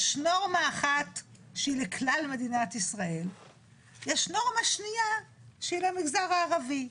יש נורמה אחת שהיא לכלל מדינת ישראל ויש נורמה שניה שהיא למגזר הערבי.